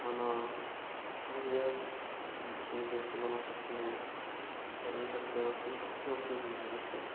खाना जो भी है उसमें देख के बना सकते हैं खरीद सकते हैं उसमें अच्छी उपयोग हैं उसके